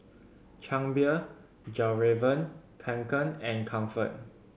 Chang Beer Fjallraven Kanken and Comfort